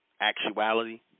actuality